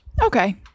Okay